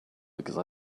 because